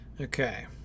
Okay